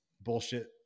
bullshit